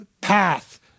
path